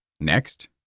Next